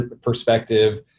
perspective